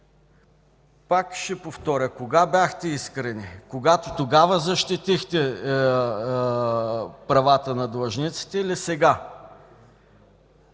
Пак ще повторя, кога бяхте искрени – когато тогава не защитихте правата на длъжниците, или сега?